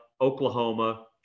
Oklahoma